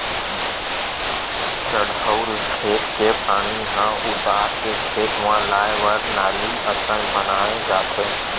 चड़हउ खेत के पानी ह उतारू के खेत म लाए बर नाली असन बनाए जाथे